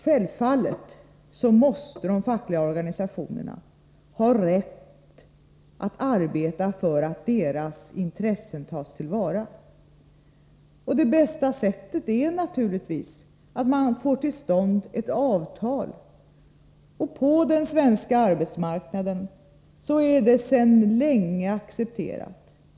Naturligtvis måste de fackliga organisationerna ha rätt att arbeta för att deras intressen tas till vara. Det bästa sättet är givetvis att man får till stånd ett avtal, och på den svenska arbetsmarknaden är det sedan länge accepterat.